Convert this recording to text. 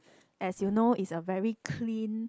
as you know is a very clean